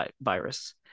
virus